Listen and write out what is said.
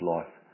Life